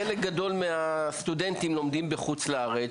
חלק גדול מהסטודנטים לומדים בחוץ-לארץ,